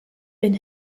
been